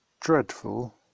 dreadful